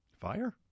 Fire